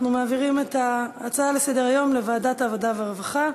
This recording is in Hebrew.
אנחנו מעבירים את ההצעה לסדר-היום לוועדת העבודה והרווחה.